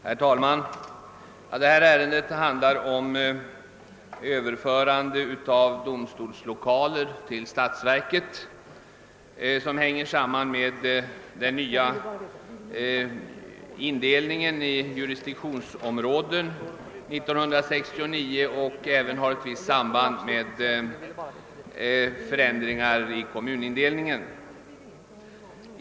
Herr talman! Detta ärende gäller överförande av domstolslokaler till statsverket, vilket sammanhänger med den nya indelningen av = jurisdiktionsområden 1969 och även har ett visst samband med förändringar i kommunindelningen.